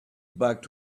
back